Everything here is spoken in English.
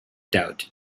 doubt